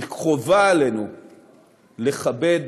כי חובה עלינו לכבד